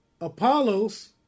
Apollos